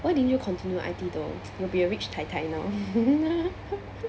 why didn't you continue I_T though you will be a rich 太太 now